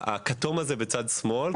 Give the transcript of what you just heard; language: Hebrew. הכתום בצד שמאל,